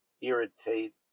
irritate